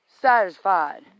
satisfied